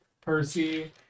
Percy